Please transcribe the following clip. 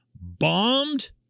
bombed